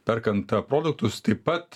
perkant produktus taip pat